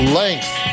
length